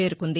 చేరుకుంది